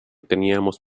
teníamos